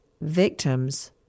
victims